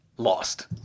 lost